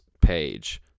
page